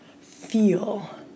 feel